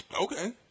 Okay